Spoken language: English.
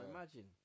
Imagine